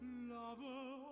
lover